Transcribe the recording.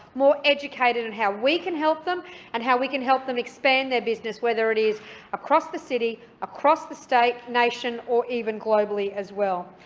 more educated in how we can help them and how we can help them expand their business, whether it is across the city, across the state, nation or even globally as well.